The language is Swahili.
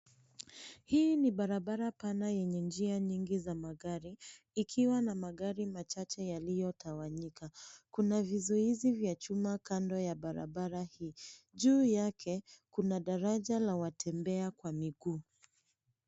Hii ni barabara pana yenye njia nyingi za magari ikiwa na magari machache yaliyotawanyika. Kuna vizuizi vya chuma kando ya barabara hii. Juu yake kuna daraja la watembea kwa miguu.